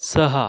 सहा